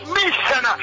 mission